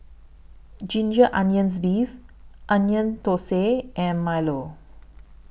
Ginger Onions Beef Onion Thosai and Milo